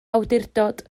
awdurdod